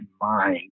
mind